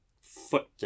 foot